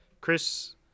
Chris